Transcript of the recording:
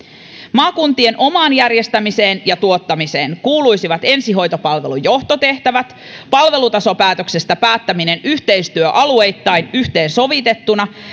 maakuntien omaan järjestämiseen ja tuottamiseen kuuluisivat ensihoitopalvelun johtotehtävät palvelutasopäätöksestä päättäminen yhteistyöalueittain yhteensovitettuna